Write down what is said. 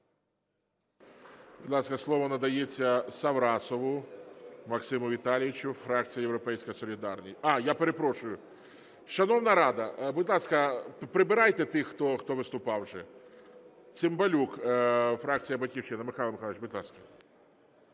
Будь ласка, слово надається Саврасову Максиму Віталійовичу, фракція "Європейська солідарність". А, я перепрошую. Шановна "Рада", будь ласка, прибирайте тих, хто виступав вже. Цимбалюк, фракція "Батьківщина". Михайло Михайлович, будь ласка.